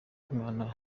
imana